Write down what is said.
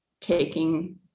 taking